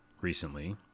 recently